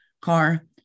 car